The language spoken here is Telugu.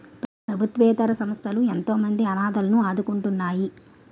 ప్రభుత్వేతర సంస్థలు ఎంతోమంది అనాధలను ఆదుకుంటున్నాయి